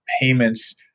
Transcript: payments